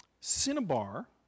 cinnabar